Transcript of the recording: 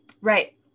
Right